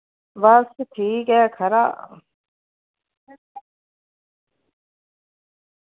बस ठीक ऐ खरा